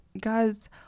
Guys